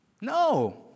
No